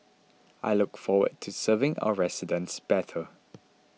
I look forward to serving our residents better